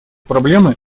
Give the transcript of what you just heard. проблемы